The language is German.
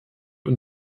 und